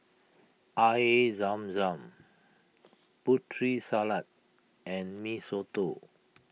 Air Zam Zam Putri Salad and Mee Soto